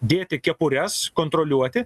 dėti kepures kontroliuoti